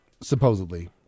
Supposedly